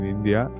India